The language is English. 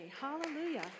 Hallelujah